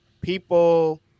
people